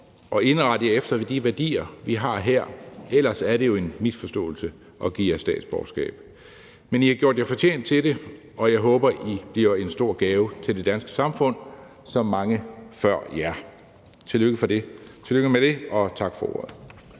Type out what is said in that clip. at indrette jer efter de værdier, vi har her, ellers er det jo en misforståelse at give jer statsborgerskab. Men I har gjort jer fortjent til det, og jeg håber, at I bliver en stor gave for det danske samfund som mange før jer. Tillykke med det, og tak for ordet.